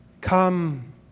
Come